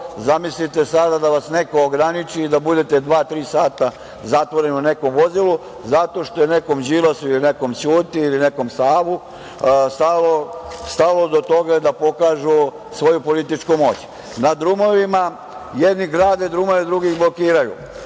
zamislite sada da vas neko ograniči i da budete dva, tri sata zatvoreni u nekom vozilu zato što je nekom Đilasu, ili nekom Ćunti, ili nekom Savu stalo da do toga da pokažu svoju političku moć. Na drumovima, jedni grade drumove, drugi ih blokiraju.